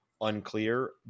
unclear